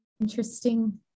interesting